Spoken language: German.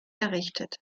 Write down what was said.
errichtet